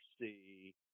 see